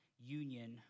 union